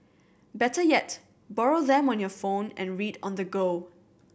better yet borrow them on your phone and read on the go